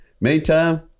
meantime